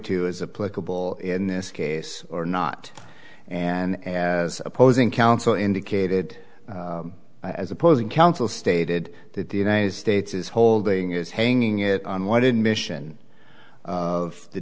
two is a political will in this case or not and as opposing counsel indicated as opposing counsel stated that the united states is holding is hanging it on one in mission of the